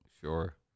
Sure